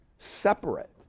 separate